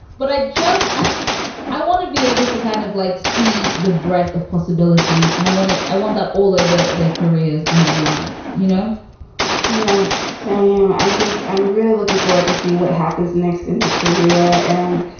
but i just i want to be able to kind of like see the breath of. possibility. and i want it. i want that all over their careers and their lives. you know yes, sam, i just am really looking forward to see what happens next in her career. and,